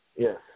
Yes